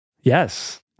Yes